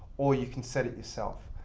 or you can set it yourself.